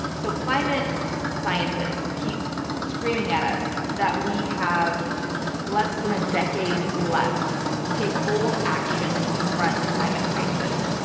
so climate scientists keep screaming at us that we have less than a decade left to take bold action to confront the climate crisis.